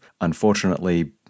Unfortunately